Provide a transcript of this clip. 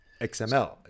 xml